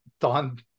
Don